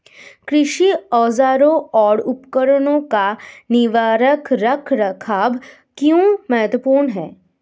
कृषि औजारों और उपकरणों का निवारक रख रखाव क्यों महत्वपूर्ण है?